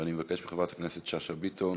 אני מבקש מחברת הכנסת שאשא ביטון,